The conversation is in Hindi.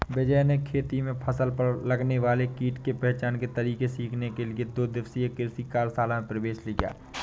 विजय ने खेती में फसल पर लगने वाले कीट के पहचान के तरीके सीखने के लिए दो दिवसीय कृषि कार्यशाला में प्रवेश लिया